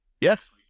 Yes